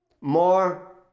more